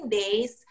days